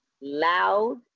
loud